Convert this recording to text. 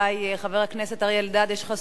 יש לך זכות תגובה שלוש דקות,